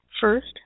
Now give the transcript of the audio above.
First